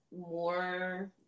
more